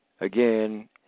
again